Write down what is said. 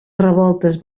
revoltes